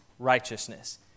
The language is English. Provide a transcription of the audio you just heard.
Righteousness